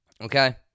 Okay